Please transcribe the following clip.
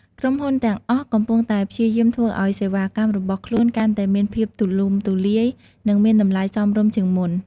ក្រុមហ៊ុនទាំងអស់កំពុងតែព្យាយាមធ្វើឱ្យសេវាកម្មរបស់ខ្លួនកាន់តែមានភាពទូលំទូលាយនិងមានតម្លៃសមរម្យជាងមុន។